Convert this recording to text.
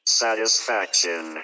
satisfaction